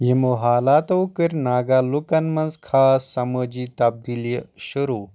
یِمو حالاتو کرۍ ناگا لُکَن منٛز خاص سمٲجی تبدیٖلی شروٗع